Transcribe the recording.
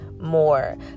more